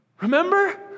Remember